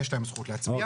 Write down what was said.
יש להם זכות להצביע.